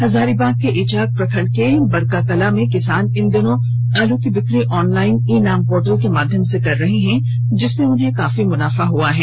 हजारीबाग के इचाक प्रखंड के बरकाकला में किसान इन दिनों आलू की बिक्री ऑनलाइन ई नाम पोर्टल के माध्यम से कर रहे हैं जिससे उन्हें काफी मुनाफा हुआ है